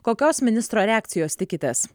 kokios ministro reakcijos tikitės